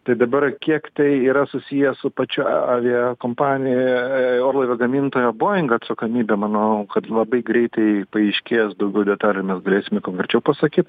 tai dabar kiek tai yra susiję su pačia aviakompanija orlaivio gamintojo bojing atsakomybė manau kad labai greitai paaiškės daugiau detalių mes galėsime konkrečiau pasakyt